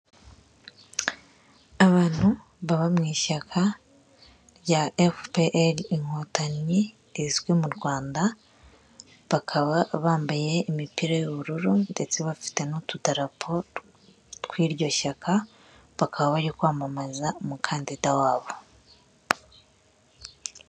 Abantu baba mu ishyaka rya efuperi inkotanyi rizwi mu Rwanda, bakaba bambaye imipira y'ubururu ndetse bafite n'utudarapo tw'iryo shyaka, bakaba bari kwamamaza umukandida wabo.